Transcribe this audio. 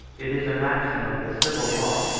it is a maxim of the civil law,